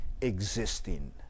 existing